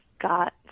got